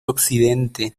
occidente